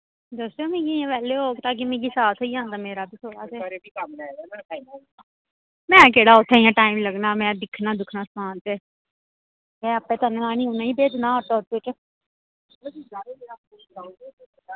दस्सेओ मिगी बैह्ले होग ते मिगी साथ होई जाह्ग मेरा बी थोह्ड़ा में केह्ड़ा उत्थै गै टाइम लगना में दिक्खना दुक्खना समान ते में आपूं उ'नें ई भेजना